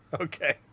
Okay